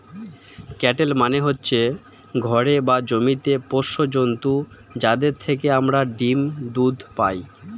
cattle মানে হচ্ছে ঘরে বা জমিতে পোষ্য জন্তু যাদের থেকে আমরা ডিম, দুধ পাই